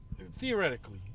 theoretically